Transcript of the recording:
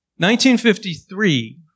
1953